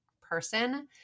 person